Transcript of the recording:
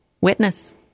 witness